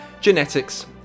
genetics